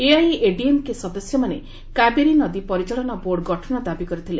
ଏଆଇଏଡିଏମ୍କେ ସଦସ୍ୟମାନେ କାବେରୀ ନଦୀ ପରିଚାଳନା ବୋର୍ଡ଼ ଗଠନ ଦାବି କରିଥିଲେ